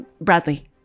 Bradley